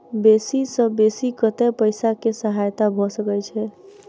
बेसी सऽ बेसी कतै पैसा केँ सहायता भऽ सकय छै?